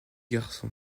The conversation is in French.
garçon